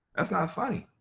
that's not funny,